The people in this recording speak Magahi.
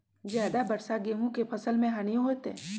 ज्यादा वर्षा गेंहू के फसल मे हानियों होतेई?